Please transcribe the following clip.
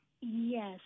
Yes